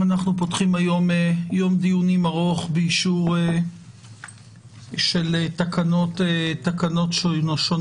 אנחנו פותחים היום יום דיונים ארוך באישור של תקנות שונות.